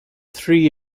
three